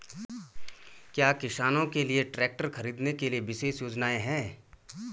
क्या किसानों के लिए ट्रैक्टर खरीदने के लिए विशेष योजनाएं हैं?